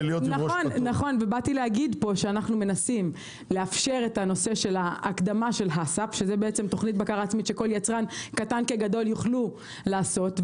באתי להגיד שאנחנו מנסים להקדים את תוכנית הבקרה העצמית כדי לאפשר